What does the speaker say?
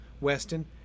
Weston